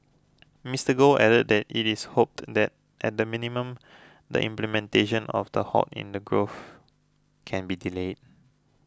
Mr Goth added that it is hoped that at the minimum the implementation of the halt in the growth can be delayed